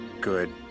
Good